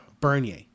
Bernier